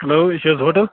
hello یہِ چھُ حظ ہوٹَل